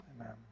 Amen